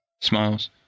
smiles